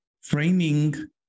framing